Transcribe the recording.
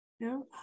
No